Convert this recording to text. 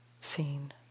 seen